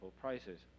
prices